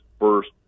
first